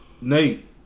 Nate